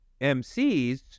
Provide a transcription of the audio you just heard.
MCs